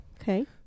Okay